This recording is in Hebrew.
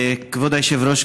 כבוד היושב-ראש,